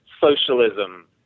socialism